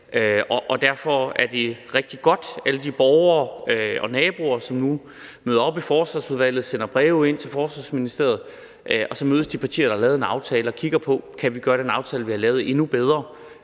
derfor er det rigtig godt med alle de borgere og naboer, som nu møder op i Forsvarsudvalget og sender breve ind til Forsvarsministeriet, og så mødes de partier, der har lavet en aftale, og kigger på: Kan vi gøre den aftale, vi har lavet, endnu bedre?